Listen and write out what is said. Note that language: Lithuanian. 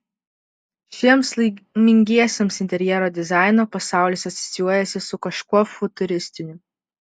šiems laimingiesiems interjero dizaino pasaulis asocijuojasi su kažkuo futuristiniu